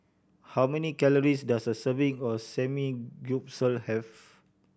how many calories does a serving of Samgyeopsal have